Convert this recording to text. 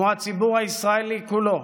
כמו הציבור הישראלי כולו,